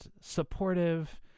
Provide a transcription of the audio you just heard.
supportive